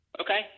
Okay